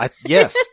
Yes